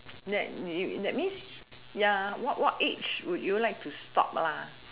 that you that means ya what what age would you like to stop lah